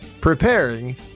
preparing